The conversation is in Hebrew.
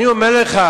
אני אומר לך,